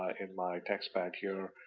ah in my text back here,